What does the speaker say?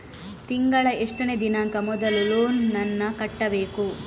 ತಿಂಗಳ ಎಷ್ಟನೇ ದಿನಾಂಕ ಮೊದಲು ಲೋನ್ ನನ್ನ ಕಟ್ಟಬೇಕು?